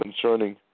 concerning